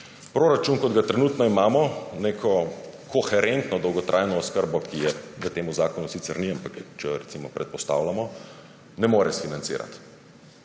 Proračun, kot ga trenutno imamo, neke koherentne dolgotrajne oskrbe, ki je v tem zakonu sicer ni, ampak če jo, recimo, predpostavljamo, ne more financirati.